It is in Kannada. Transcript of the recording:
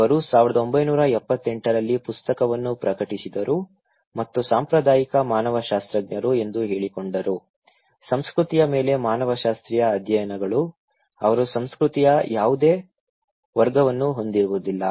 ಅವರು 1978 ರಲ್ಲಿ ಪುಸ್ತಕವನ್ನು ಪ್ರಕಟಿಸಿದರು ಮತ್ತು ಸಾಂಪ್ರದಾಯಿಕ ಮಾನವಶಾಸ್ತ್ರಜ್ಞರು ಎಂದು ಹೇಳಿಕೊಂಡರು ಸಂಸ್ಕೃತಿಯ ಮೇಲೆ ಮಾನವಶಾಸ್ತ್ರೀಯ ಅಧ್ಯಯನಗಳು ಅವರು ಸಂಸ್ಕೃತಿಯ ಯಾವುದೇ ವರ್ಗವನ್ನು ಹೊಂದಿರುವುದಿಲ್ಲ